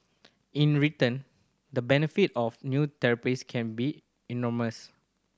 in return the benefit of new therapies can be enormous